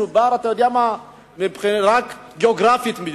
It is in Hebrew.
מדובר בפריפריה מבחינה גיאוגרפית,